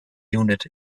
unit